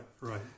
right